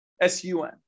s-u-n